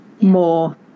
more